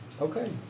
Okay